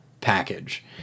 package